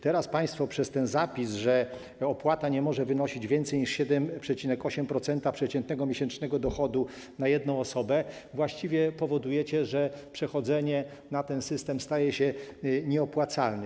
Teraz państwo przez ten zapis, że opłata nie może wynosić więcej niż 7,8% przeciętnego miesięcznego dochodu na jedną osobę, właściwie powodujecie, że przechodzenie na ten system staje się nieopłacalne.